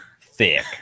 thick